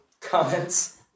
comments